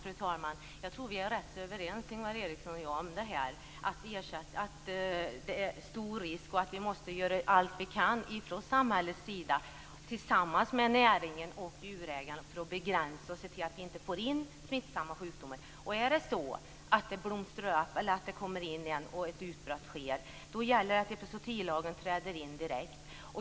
Fru talman! Jag tror att vi är rätt överens, Ingvar Eriksson och jag, om att det är stor risk och om att vi måste göra allt vi kan från samhällets sida tillsammans med näringen och djurägarna för att begränsa risken för att få in smittsamma sjukdomar. Om detta blomstrar upp eller om detta kommer in igen och det sker ett utbrott gäller det att epizootilagen träder in direkt.